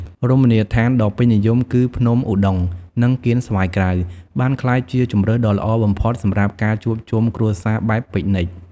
រមណីយដ្ឋានដ៏ពេញនិយមពីរគឺ ភ្នំឧដុង្គ និង កៀនស្វាយក្រៅ បានក្លាយជាជម្រើសដ៏ល្អបំផុតសម្រាប់ការជួបជុំគ្រួសារបែបពិកនិច។